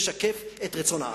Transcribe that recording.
הוא משקף את רצון העם.